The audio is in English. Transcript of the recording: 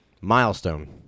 Milestone